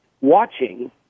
watching